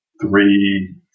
three